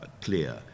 clear